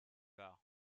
var